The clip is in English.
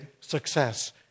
success